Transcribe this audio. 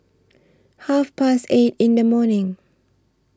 Half Past eight in The morning